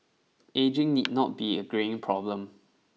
ageing need not be a greying problem